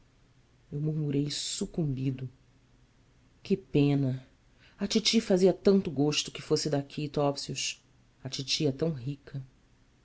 eu murmurei sucumbido que pena a titi fazia tanto gosto que fosse daqui topsius a titi é tão rica